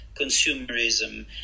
consumerism